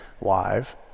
live